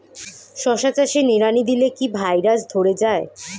শশা চাষে নিড়ানি দিলে কি ভাইরাস ধরে যায়?